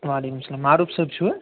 وعلیکُم السَلام معروف صٲب چھُو حظ